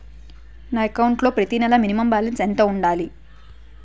నా అకౌంట్ లో ప్రతి నెల మినిమం బాలన్స్ ఎంత ఉండాలి?